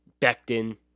Becton